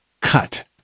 cut